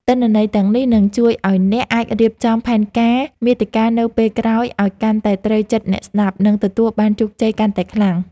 ទិន្នន័យទាំងនេះនឹងជួយឱ្យអ្នកអាចរៀបចំផែនការមាតិកានៅពេលក្រោយឱ្យកាន់តែត្រូវចិត្តអ្នកស្តាប់ និងទទួលបានជោគជ័យកាន់តែខ្លាំង។